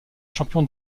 champion